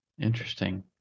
interesting